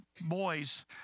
boys